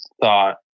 thought